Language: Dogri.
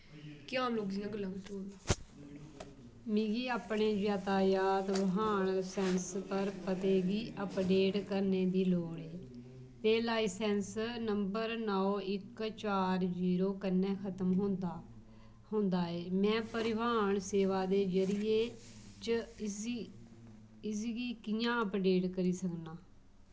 मिगी अपने यातायात वाहन लाइसैंस पर पते गी अपडेट करने दी लोड़ ऐ ते लाइसैंस नंबर नौ इक चार जीरो कन्नै खतम होंदा ऐ में परिवहन सेवा दे जरिये च इसगी कि'यां अपडेट करी सकनां